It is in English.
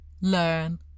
learn